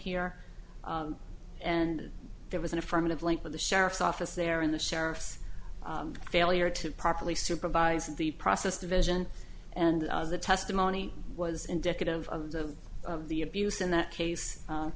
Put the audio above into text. here and there was an affirmative link with the sheriff's office there in the sheriff's failure to properly supervise the process division and the testimony was indicative of the of the abuse in that case